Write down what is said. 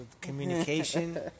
communication